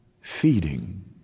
feeding